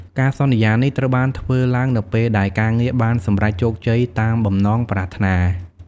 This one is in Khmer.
ការសន្យានេះត្រូវបានធ្វើឡើងនៅពេលដែលការងារបានសម្រេចជោគជ័យតាមបំណងប្រាថ្នា។